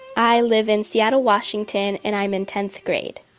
i live in seattle, washington. and i'm in tenth grade.